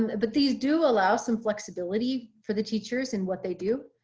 but these do allow some flexibility for the teachers and what they do.